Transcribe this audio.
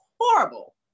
horrible